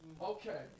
Okay